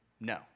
No